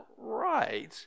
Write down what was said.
right